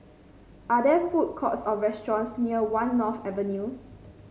are there food courts or restaurants near One North Avenue